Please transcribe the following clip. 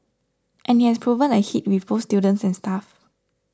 and it has proven a hit with both students and staff